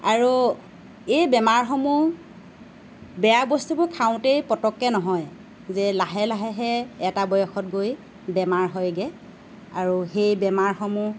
আৰু এই বেমাৰসমূহ বেয়া বস্তুবোৰ খাওঁতেই পটককে নহয় যে লাহে লাহেহে এটা বয়সত গৈ বেমাৰ হয়গৈ আৰু সেই বেমাৰসমূহ